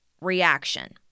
reaction